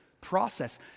process